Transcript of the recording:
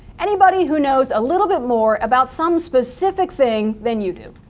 anybody who knows a little bit more about some specific thing than you do.